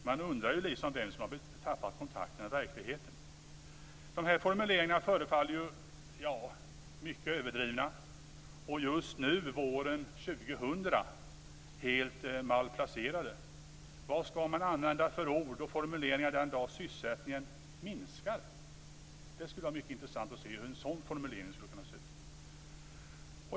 Man undrar vem som tappat kontakten med verkligheten! De här formuleringarna förefaller mycket överdrivna, och just nu våren 2000 helt malplacerade. Vad ska man använda för ord och formuleringar den dag sysselsättningen minskar? Det skulle vara mycket intressant att se hur en sådan formulering skulle kunna se ut.